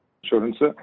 insurance